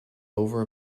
over